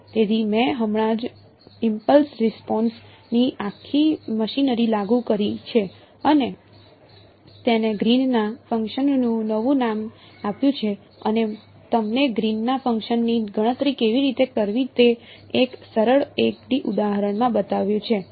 તેથી મેં હમણાં જ ઇમ્પલ્સ રિસ્પોન્સ ની આખી મશીનરી લાગુ કરી છે અને તેને ગ્રીનના ફંક્શનનું નવું નામ આપ્યું છે અને તમને ગ્રીનના ફંક્શનની ગણતરી કેવી રીતે કરવી તે એક સરળ 1 D ઉદાહરણમાં બતાવ્યું છે